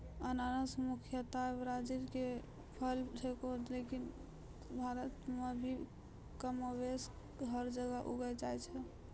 अनानस मुख्यतया ब्राजील के फल छेकै लेकिन भारत मॅ भी कमोबेश हर जगह उगी जाय छै